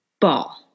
ball